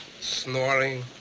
Snoring